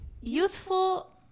youthful